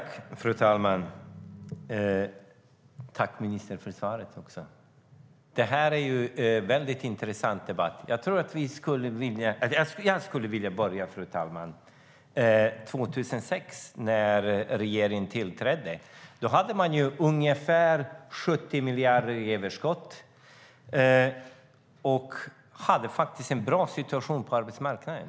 Fru talman! Tack, ministern, för svaret! Det här är en väldigt intressant debatt. Jag skulle vilja börja 2006, fru talman, när regeringen Reinfeldt tillträdde. Då hade man ungefär 70 miljarder i överskott, och det var en bra situation på arbetsmarknaden.